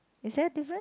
is there a different